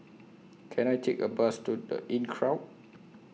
Can I Take A Bus to The Inncrowd